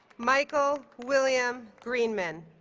michael william greenman